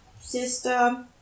sister